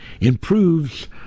improves